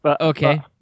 Okay